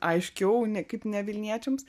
aiškiau ne kaip ne vilniečiams